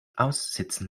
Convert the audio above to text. aussitzen